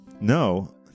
No